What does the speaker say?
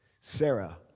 Sarah